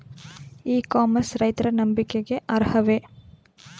E commerce ರೈತರ ನಂಬಿಕೆಗೆ ಅರ್ಹವೇ?